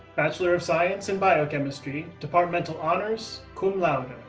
bachelor of science and biochemistry, departmental honors, cum laude.